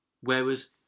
Whereas